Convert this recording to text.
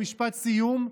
משפט סיום.